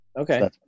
Okay